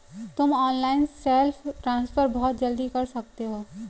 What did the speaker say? तुम online self transfer बहुत जल्दी कर सकते हो